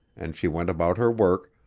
and she went about her work,